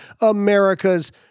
America's